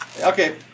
Okay